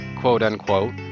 quote-unquote